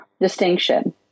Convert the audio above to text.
distinction